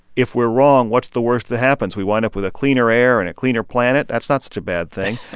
if we're wrong, what's the worst that happens? we wind up with a cleaner air and a cleaner planet? that's not such a bad thing.